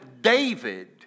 David